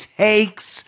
takes